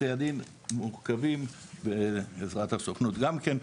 בתי הדין מורכבים בעזרת הסוכנות גם כן,